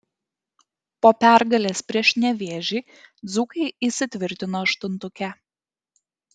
po pergalės prieš nevėžį dzūkai įsitvirtino aštuntuke